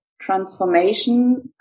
transformation